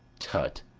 tut!